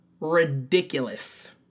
ridiculous